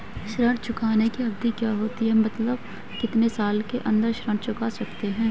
ऋण चुकाने की अवधि क्या होती है मतलब कितने साल के अंदर ऋण चुका सकते हैं?